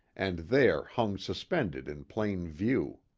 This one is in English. and there hung suspended in plain view.